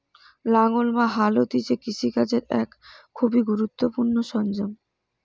লাঙ্গল বা হাল হতিছে কৃষি কাজের এক খুবই গুরুত্বপূর্ণ সরঞ্জাম